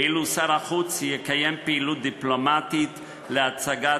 ואילו שר החוץ יקיים פעילות דיפלומטית להצגת